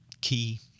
key